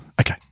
Okay